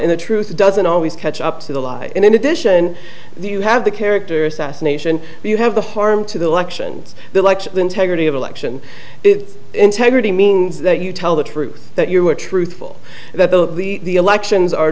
and the truth doesn't always catch up to the law and in addition you have the character assassination you have the harm to the elections like the integrity of election integrity means that you tell the truth that you are truthful that the elections are